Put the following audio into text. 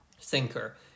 thinker